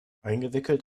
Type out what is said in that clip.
eingewickelt